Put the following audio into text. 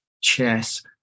Chess